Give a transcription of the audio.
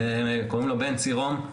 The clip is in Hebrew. קוראים לו בנצי רון,